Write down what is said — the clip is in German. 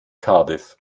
cardiff